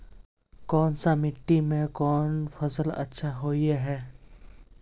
कोन सा मिट्टी में कोन फसल अच्छा होय है?